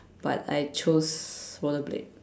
but I chose rollerblade